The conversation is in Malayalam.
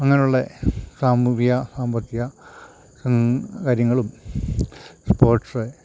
അങ്ങനുള്ള സാമൂഹിക സാമ്പത്തിക കാര്യങ്ങളും സ്പോർട്സ്